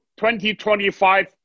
2025